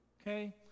okay